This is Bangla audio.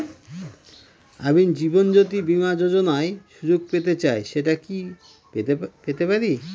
আমি জীবনয্যোতি বীমা যোযোনার সুযোগ পেতে চাই সেটা কি পেতে পারি?